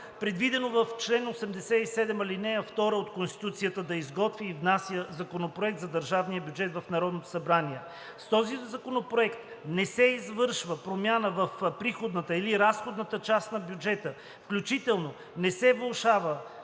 предвидено в чл. 87, ал. 2 от Конституцията, да изготвя и да внася Законопроекта за държавен бюджет в Народното събрание. С този законопроект не се извършва промяна в приходната или разходната част на бюджета, включително не се влошава